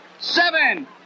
seven